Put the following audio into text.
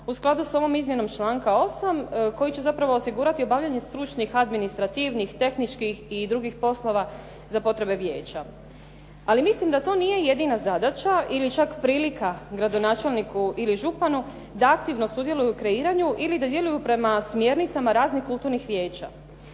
u skladu s ovom izmjenom članka 8. koji će zapravo osigurati obavljanje stručnih, administrativnih, tehničkih i drugih poslova za potrebe vijeća. Ali mislim da to nije jedina zadaća ili čak prilika gradonačelniku ili županu da aktivno sudjeluje u kreiranju ili da djeluju prema smjernicama raznih kulturnih vijeća.